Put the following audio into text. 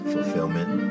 Fulfillment